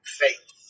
faith